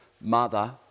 mother